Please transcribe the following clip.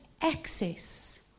access